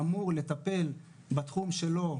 אמור לטפל בתחום שלו,